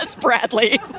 Bradley